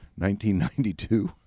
1992